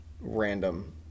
random